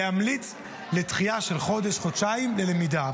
להמליץ על דחייה של חודש או חודשיים ללמידה.